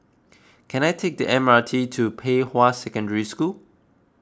can I take the M R T to Pei Hwa Secondary School